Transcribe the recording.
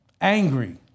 angry